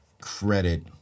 credit